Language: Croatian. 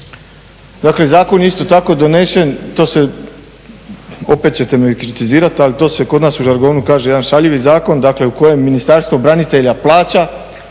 Dakle, zakon je isto tako donesen, to se, opet ćete me kritizirati, ali to se kod nas u žargonu kaže, jedan šaljivi zakon, dakle u kojem Ministarstvo branitelja plaća